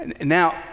Now